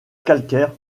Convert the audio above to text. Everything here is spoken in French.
calcaire